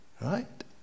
Right